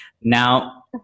Now